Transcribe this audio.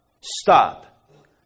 stop